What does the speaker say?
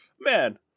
man